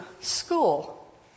school